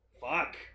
Fuck